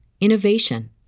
innovation